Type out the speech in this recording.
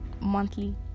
monthly